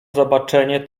zobaczenie